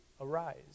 arise